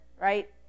right